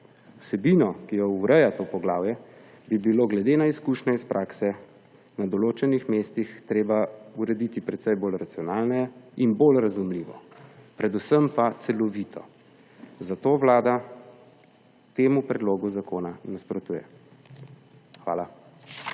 Vsebino, ki jo ureja to poglavje, bi bilo glede na izkušnje iz prakse na določenih mestih treba urediti precej bolj racionalno in bolj razumljivo, predvsem pa celovito. Zato Vlada temu predlogu zakona nasprotuje. Hvala.